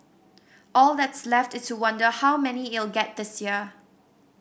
all that's left is to wonder how many it'll get this year